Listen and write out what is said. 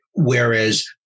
whereas